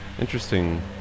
interesting